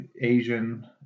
Asian